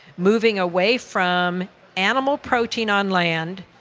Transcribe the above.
moving away from animal protein on land,